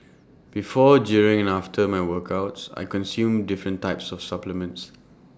before during and after my workouts I consume different types of supplements